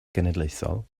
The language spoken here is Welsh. genedlaethol